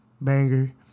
Banger